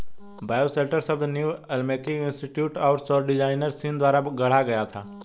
bioshelter शब्द New Alchemy Institute और सौर डिजाइनर सीन द्वारा गढ़ा गया था